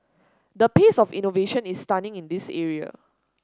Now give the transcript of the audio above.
the pace of innovation is stunning in this area